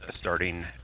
Starting